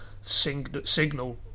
signal